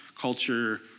culture